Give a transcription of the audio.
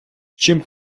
чим